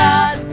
God